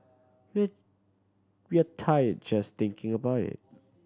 we're we are tired just thinking about it